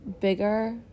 bigger